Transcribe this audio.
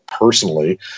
personally